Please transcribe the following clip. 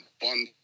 One